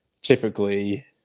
typically